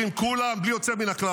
מה נסגר איתך?